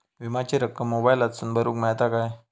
विमाची रक्कम मोबाईलातसून भरुक मेळता काय?